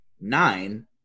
nine